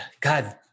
God